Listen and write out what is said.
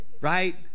Right